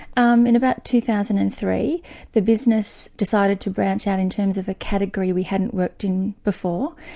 um in about two thousand and three the business decided to branch out in terms of a category we hadn't worked in before,